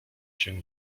się